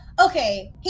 okay